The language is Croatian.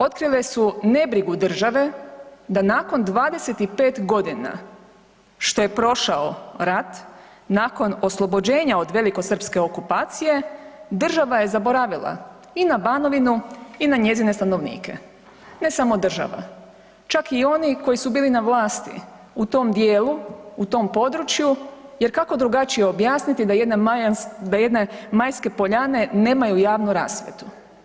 Otkrile su nebrigu države da nakon 25.g. što je prošao rat, nakon oslobođenja od velikosrpske okupacije država je zaboravila i na Banovinu i na njezine stanovnike ne samo država, čak i oni koji su bili na vlasti u tom dijelu u tom području jer kako drugačije objasniti da jedne Majske Poljane nemaju javnu rasvjetu.